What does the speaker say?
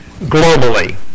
globally